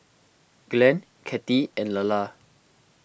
Glenn Kathey and Lalla